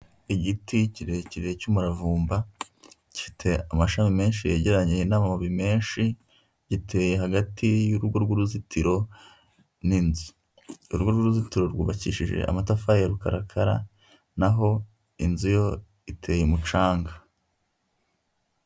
Igiti kirekire cy'umuravumba gifite amashami menshi yegeranye n'amababi menshi giteye hagati y'urugo rw'uruzitiro n'inzu. Uru ruzitiro rwubakishije amatafari ya rukarakara naho inzu yo iteye umucanga.